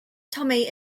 tommy